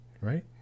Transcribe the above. right